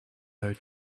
her